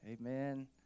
Amen